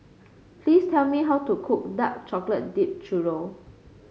please tell me how to cook Dark Chocolate Dip Churro